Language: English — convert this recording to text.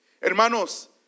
Hermanos